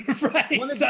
Right